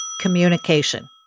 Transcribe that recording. communication